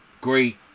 great